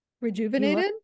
rejuvenated